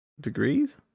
degrees